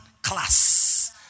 class